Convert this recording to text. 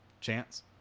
chance